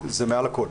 זה מעל לכל.